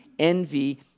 envy